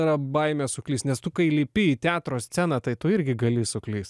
yra baimė suklyst nes tu kai lipi į teatro sceną tai tu irgi gali suklyst